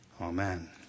Amen